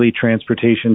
transportation